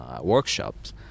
workshops